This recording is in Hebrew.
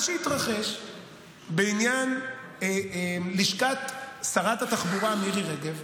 מה שהתרחש בעניין לשכת שרת התחבורה מירי רגב,